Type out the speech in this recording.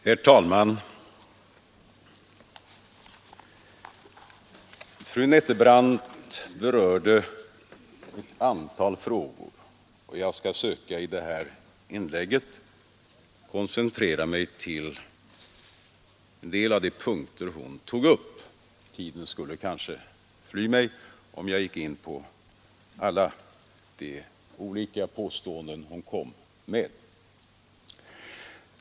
Herr talman! Fru Nettelbrandt berörde ett antal frågor, och jag skall söka i det här inlägget koncentrera mig till en del av de punkter hon tog upp. Tiden skulle kanske fly mig om jag gick in på alla de olika påståenden hon kom med.